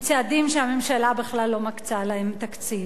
צעדים שהממשלה בכלל לא מקצה להם תקציב.